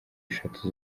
eshatu